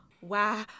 Wow